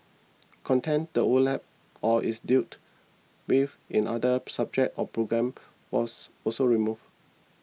content that overlaps or is dealt with in other subjects or programmes was also removed